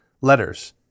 letters